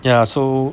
ya so